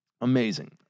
Amazing